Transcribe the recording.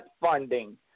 funding